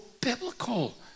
biblical